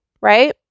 right